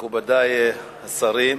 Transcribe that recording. מכובדי השרים,